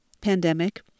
pandemic